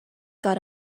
got